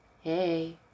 Hey